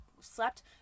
Slept